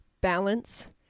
balance